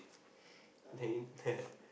then you that